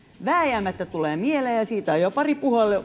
vääjäämättä tulee mieleen ja siitä on jo pari